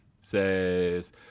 says